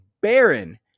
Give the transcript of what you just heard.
Baron